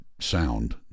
sound